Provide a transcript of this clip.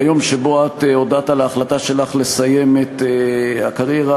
ביום שבו הודעת על החלטתך לסיים את הקריירה